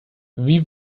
wie